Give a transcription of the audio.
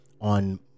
on